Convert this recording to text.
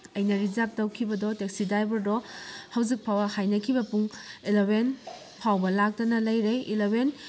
ꯑꯩꯅ ꯔꯤꯖꯥꯞ ꯇꯧꯈꯤꯕꯗꯣ ꯇꯦꯛꯁꯤ ꯗ꯭ꯔꯥꯏꯚꯔꯗꯣ ꯍꯧꯖꯤꯛ ꯐꯥꯎꯕ ꯍꯥꯏꯅꯈꯤꯕ ꯄꯨꯡ ꯑꯦꯂꯕꯦꯟ ꯐꯥꯎꯕ ꯂꯥꯛꯇꯅ ꯂꯩꯔꯦ ꯑꯦꯂꯕꯦꯟ